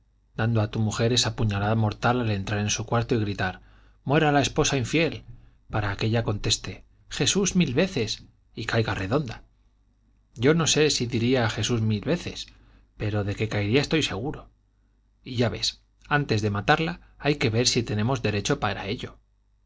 dando a tu mujer esa puñalada mortal al entrar en su cuarto y gritar muera la esposa infiel para que ella conteste jesús mil veces y caiga redonda yo no sé si diría jesús mil veces pero de que caería estoy seguro y ya ves antes de matarla hay que ver si tenemos derecho para ello